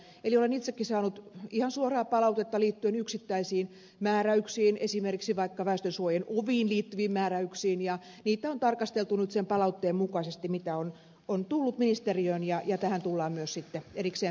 olen itsekin saanut ihan suoraa palautetta liittyen yksittäisiin määräyksiin esimerkiksi vaikka väestönsuojien oviin liittyviin määräyksiin ja niitä on tarkasteltu nyt sen palautteen mukaisesti mitä on tullut ministeriöön ja tähän tullaan myös sitten erikseen puuttumaan